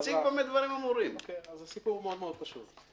הסיפור כאן הוא מאוד פשוט.